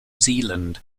zealand